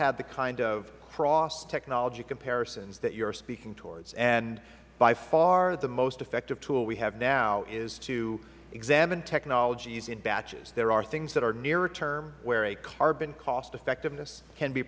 had the kind of cross technology comparisons that you are speaking towards and by far the most effective tool we have now is to examine technologies in batches there are things that are nearer term where a carbon cost effectiveness can be